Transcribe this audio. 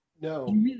No